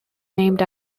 named